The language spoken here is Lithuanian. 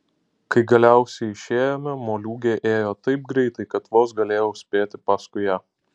kai galiausiai išėjome moliūgė ėjo taip greitai kad vos galėjau spėti paskui ją